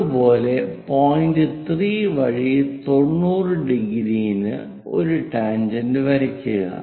അതുപോലെ പോയിന്റ് 3 വഴി 90⁰ ന് ഒരു ടാൻജെന്റ് വരയ്ക്കുക